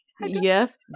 Yes